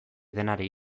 denari